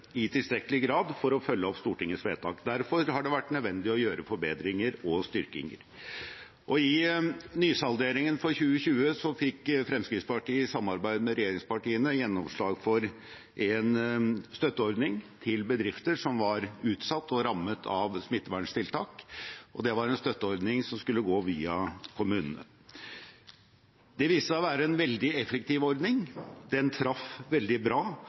i tilstrekkelig grad for å følge opp Stortingets vedtak. Derfor har det vært nødvendig å gjøre forbedringer og styrkinger. I forbindelse med nysalderingen for 2020 fikk Fremskrittspartiet i samarbeid med regjeringspartiene gjennomslag for en støtteordning til bedrifter som var utsatt og rammet av smitteverntiltak, og det var en støtteordning som skulle gå via kommunene. Det viste seg å være en veldig effektiv ordning – den traff veldig bra,